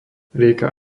rieka